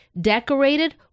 decorated